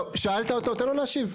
טוב, שאלת אותו, תן לו להשיב.